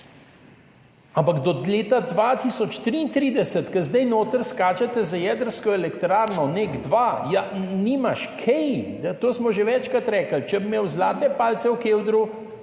Ampak do leta 2033, ko zdaj notri skačete z jedrsko elektrarno NEK2, ja, nimaš kaj. To smo že večkrat rekli, če bi imeli zlate palice v kevdru.